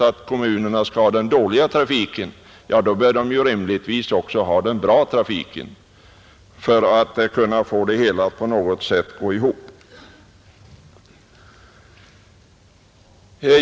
Om kommunerna skall ha den dåliga trafiken, bör de ju rimligtvis också ha den bra trafiken för att kunna få det hela att på något sätt gå ihop.